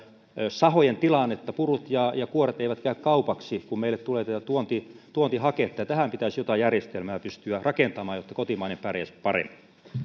sahojen tilannetta purut ja ja kuoret eivät käy kaupaksi kun meille tulee tuontihaketta tähän pitäisi jotain järjestelmää pystyä rakentamaan jotta kotimainen pärjäisi paremmin